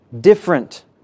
different